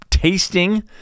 tasting